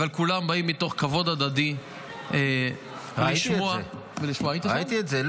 אבל כולם באים מתוך כבוד הדדי לשמוע --- ראיתי את זה.